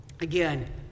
again